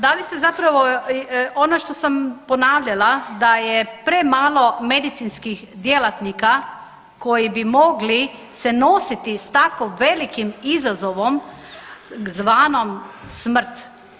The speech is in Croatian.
Dali ste zapravo ono što sam ponavljala da je premalo medicinskih djelatnika koji bi mogli se nositi s tako velikim izazovom zvanom smrt.